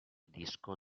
disco